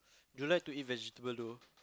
you like to eat vegetable though